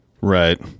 Right